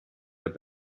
den